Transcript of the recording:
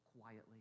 quietly